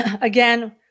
again